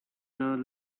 not